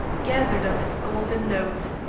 gathered up his gold and notes,